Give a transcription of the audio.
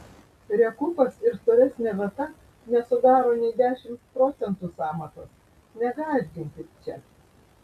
rekupas ir storesnė vata nesudaro nei dešimt procentų sąmatos negąsdinkit čia